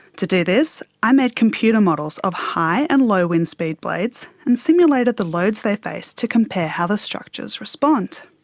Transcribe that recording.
to do this i made computer models of high and low wind speed blades and simulated the loads they face to compare how the structures respond.